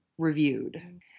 Reviewed